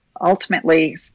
ultimately